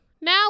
now